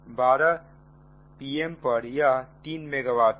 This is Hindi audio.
12 pm पर यह 3 मेगा वाट है